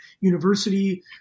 University